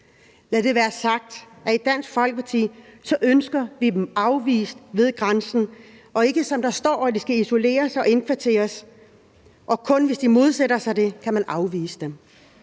Lad det være sagt, at i Dansk Folkeparti ønsker vi dem afvist ved grænsen, og ikke som der står, at de skal isoleres og indkvarteres, og kun, hvis de modsætter sig det, kan man afvise dem.